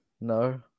no